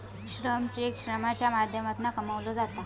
श्रम चेक श्रमाच्या माध्यमातना कमवलो जाता